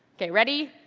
okay, ready?